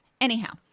Anyhow